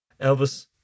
Elvis